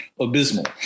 abysmal